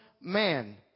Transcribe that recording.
man